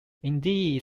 indeed